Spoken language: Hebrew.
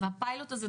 הפיילוט הזה,